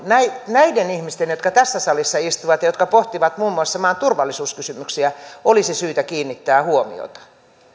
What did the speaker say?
näiden ihmisten jotka tässä salissa istuvat ja jotka pohtivat muun muassa maan turvallisuuskysymyksiä olisi syytä kiinnittää huomiota